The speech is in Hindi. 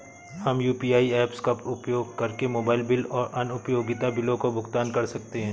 हम यू.पी.आई ऐप्स का उपयोग करके मोबाइल बिल और अन्य उपयोगिता बिलों का भुगतान कर सकते हैं